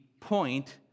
point